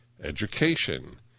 Education